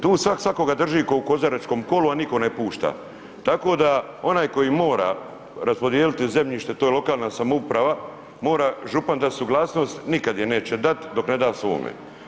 Tu svak svakoga drži kao u kozaračkom kolu, a nitko ne pušta, tako da onaj koji mora raspodijeliti zemljište, to je lokalna samouprava, mora župan dati suglasnost, nikad je neće dati dok ne da svome.